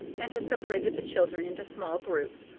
and has separated the children into small groups,